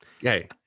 Hey